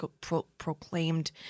proclaimed